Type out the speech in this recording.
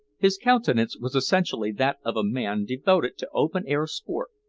his countenance was essentially that of a man devoted to open-air sport,